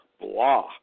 blah